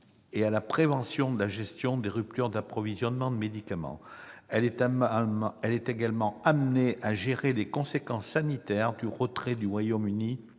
et pour la prévention et la gestion des ruptures d'approvisionnement de médicaments. Elle est amenée à gérer les conséquences sanitaires du retrait du Royaume-Uni